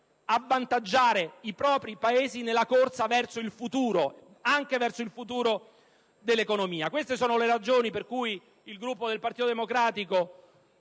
cioè avvantaggiare i propri Paesi nella corsa verso il futuro, anche verso il futuro dell'economia. Queste sono le ragioni per cui il Gruppo del Partito Democratico,